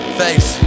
face